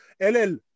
LL